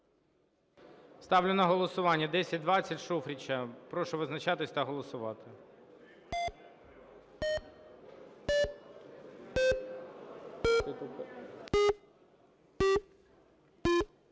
Ставлю на голосування 1023 Шуфрича. Прошу визначатися та голосувати.